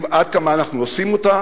עד כמה אנחנו עושים אותה,